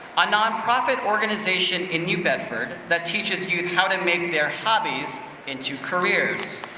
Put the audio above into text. a nonprofit organization in new bedford that teaches youth how to make their hobbies into careers.